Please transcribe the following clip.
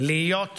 להיות ראויים.